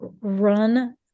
run